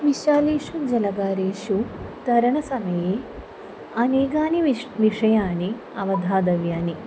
विशालेषु जलागारेषु तरणसमये अनेकानि विश् विषयाणि अवधातणव्यानि